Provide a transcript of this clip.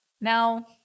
now